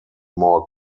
more